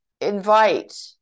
invite